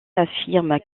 affirme